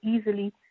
easily